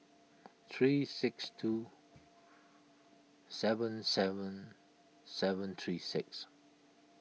three six two seven seven seven three six